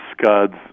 scuds